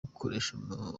gukoresha